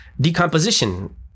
decomposition